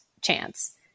chance